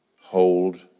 hold